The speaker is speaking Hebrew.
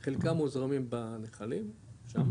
חלקם מוזרמים בנחלים שמה,